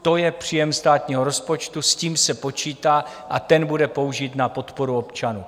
To je příjem státního rozpočtu, s tím se počítá a ten bude použit na podporu občanů.